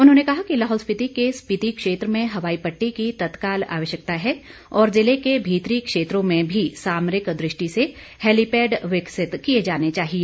उन्होंने कहा कि लाहौल स्पीति के स्पीति क्षेत्र में हवाई पट्टी की तत्काल आवश्यकता है और जिले के भीतरी क्षेत्रों में भी सामरिक दृष्टि से हेलिपैड विकसित किए जाने चाहिए